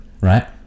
right